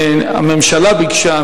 הממשלה ביקשה,